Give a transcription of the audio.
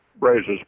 raises